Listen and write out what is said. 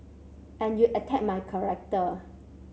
and you attack my character